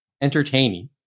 entertaining